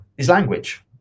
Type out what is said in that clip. language